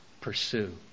pursue